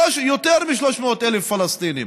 יותר מ-300,000 פלסטינים,